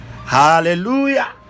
hallelujah